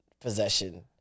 possession